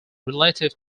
relative